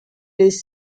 les